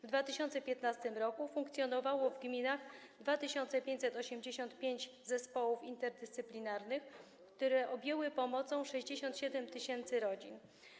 W 2015 r. funkcjonowało w gminach 2585 zespołów interdyscyplinarnych, które objęły pomocą 67 tys. rodzin.